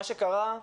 מה שקרה הוא